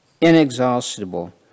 inexhaustible